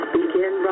begin